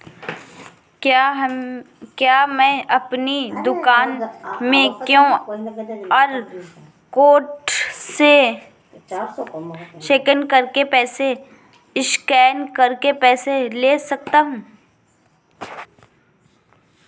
क्या मैं अपनी दुकान में क्यू.आर कोड से स्कैन करके पैसे ले सकता हूँ?